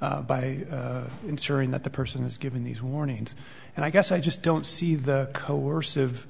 by ensuring that the person is given these warnings and i guess i just don't see the coercive